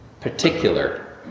particular